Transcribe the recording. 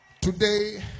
today